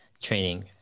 training